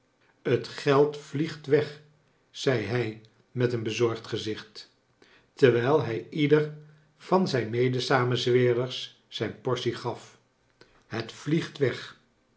het geld vliegt weg zei hij met een bezorgd gezicht terwijl hij ieder van zijn medesamenzweerders zijn portie gaf het vliegt weg